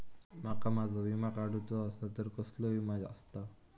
माका माझो विमा काडुचो असा तर कसलो विमा आस्ता?